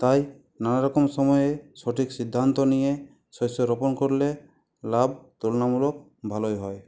তাই নানারকম সময়ে সঠিক সিদ্ধান্ত নিয়ে শস্য রোপণ করলে লাভ তুলনামূলক ভালোই হয়